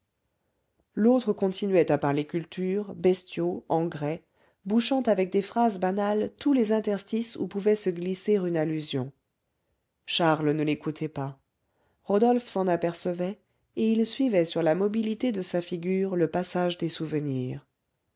l'autre continuait à parler culture bestiaux engrais bouchant avec des phrases banales tous les interstices où pouvait se glisser une allusion charles ne l'écoutait pas rodolphe s'en apercevait et il suivait sur la mobilité de sa figure le passage des souvenirs